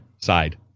side